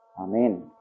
Amen